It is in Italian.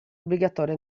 obbligatoria